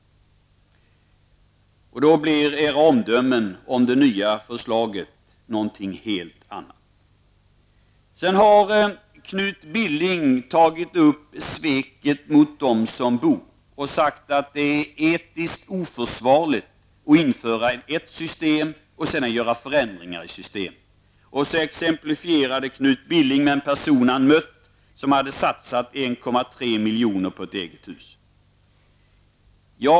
Då blir era omdömen om det nya förslaget någonting helt annat. Knut Billing har tagit upp sveket mot dem som bor och sagt att det är etiskt oförsvarligt att införa ett system och sedan göra förändringar i systemet. Knut Billing exemplifierade med en person han mött som hade satsat 1,3 miljoner på ett eget hus.